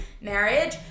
marriage